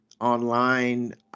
Online